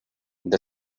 the